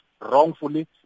wrongfully